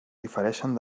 difereixen